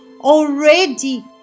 already